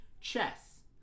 Chess